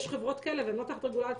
יש חברות כאלה והן לא תחת רגולציה,